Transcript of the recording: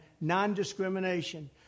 non-discrimination